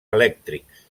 elèctrics